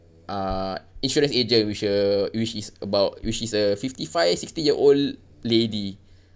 uh insurance agent which a which is about which is a fifty five sixty year old lady